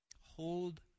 Hold